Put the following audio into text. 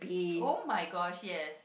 oh-my-gosh yes